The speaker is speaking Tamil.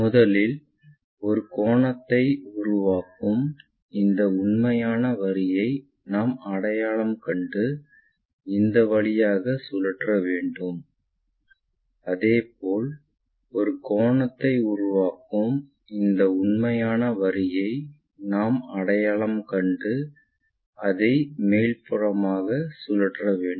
முதலில் ஒரு கோணத்தை உருவாக்கும் இந்த உண்மையான வரியை நாம் அடையாளம் கண்டு இந்த வழியாகச் சுழற்ற வேண்டும் அதேபோல் ஒரு கோணத்தை உருவாக்கும் இந்த உண்மையான வரியை நாம் அடையாளம் கண்டு அதை மேற்புறமாகச் சுழற்ற வேண்டும்